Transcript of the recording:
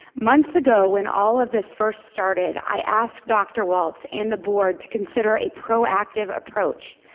months ago, when all of this first started, i asked dr. walts and the board to consider a proactive approach.